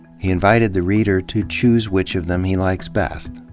he invited the reader to choose which of them he likes best.